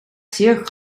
zeer